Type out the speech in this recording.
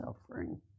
suffering